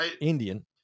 Indian